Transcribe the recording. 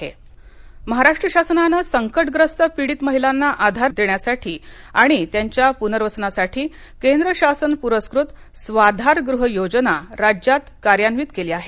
स्वाधार्गह योजना महाराष्ट्र शासनाने संकटग्रस्त पीडित महिलांना आधार देण्यासाठी व त्यांच्या पुनर्वसनासाठी केंद्र शासन पुरस्कृत स्वाधारगृह योजना राज्यात कार्यान्वित केली आहे